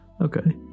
Okay